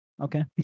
okay